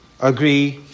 agree